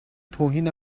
توهین